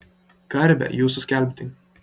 garbę jūsų skelbdink